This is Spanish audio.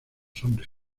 hombres